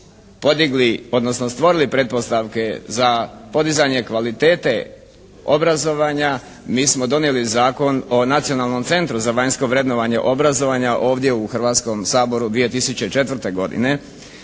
podigli odnosno stvorili pretpostavke za podizanje kvalitete obrazovanja mi smo donijeli Zakon o Nacionalnom centru za vanjsko vrednovanja obrazovanja ovdje u Hrvatskom saboru 2004. godine.